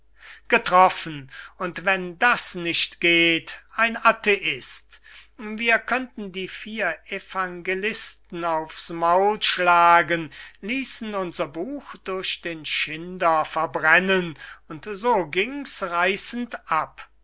getroffen und wenn das nicht geht ein atheist wir könnten die vier evangelisten auf's maul schlagen liessen unser buch durch den schinder verbrennen und so gieng's reissend ab